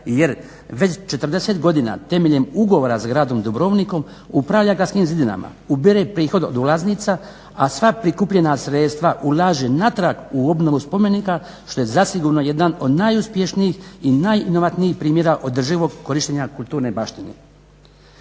jer već 40 godina temeljem ugovora sa gradom Dubrovnikom upravlja gradskim zidinama, ubire prihod od ulaznica, a sva prikupljena sredstva ulaže natrag u obnovu spomenika što je zasigurno jedan od najuspješnijih i najinovatnijih primjera održivog korištenja kulturne baštine".